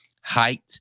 height